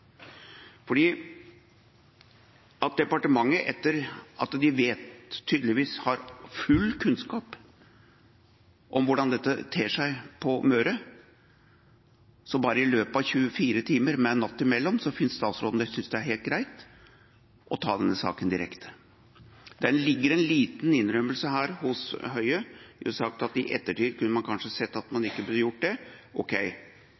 Fordi departementet tydeligvis har full kunnskap om hvordan dette ter seg på Møre, synes statsråden det er helt greit å ta denne saken direkte, i løpet av bare 24 timer, med en natt imellom. Det ligger en liten innrømmelse her hos Høie, som har sagt at i ettertid kunne man kanskje sett at man ikke burde gjort det. Ok,